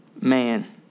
man